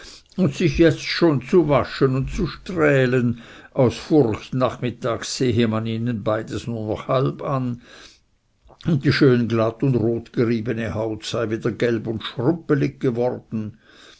und sich jetzt schon zu waschen und zu strählen aus furcht nachmittags sehe man ihnen beides nur noch halb an und die schön glatt und rot geriebene haut sei wieder gelb und schlumpelig geworden